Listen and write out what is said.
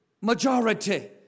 majority